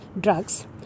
drugs